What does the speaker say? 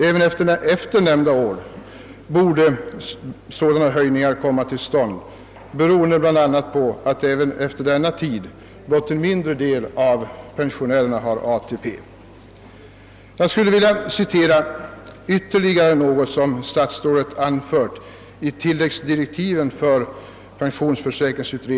även efter nämnda år borde sådana höjningar komma till stånd, beroende bl.a. på att även efter denna tid blott en mindre del av pensionärerna har ATP. Jag skulle vilja citera ytterligare något av vad statsrådet anfört i tilläggsdirektiven för pensionsförsäkringskommittén.